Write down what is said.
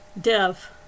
Dev